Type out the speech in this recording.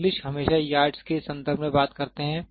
English हमेशा yards के संदर्भ में बात करते है